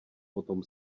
potom